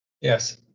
Yes